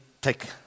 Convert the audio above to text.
take